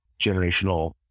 generational